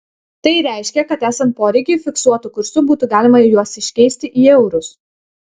tai reiškia kad esant poreikiui fiksuotu kursu būtų galima juos iškeisti į eurus